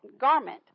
garment